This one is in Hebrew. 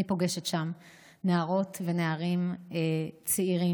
אני פוגשת שם נערות ונערים צעירים,